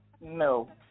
No